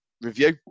review